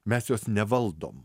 mes jos nevaldom